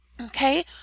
Okay